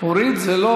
הוא הוריד את זה.